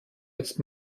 jetzt